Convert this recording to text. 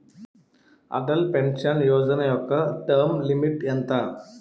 Atal pension Yojana యెక్క term limit ఎంత?